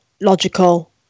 logical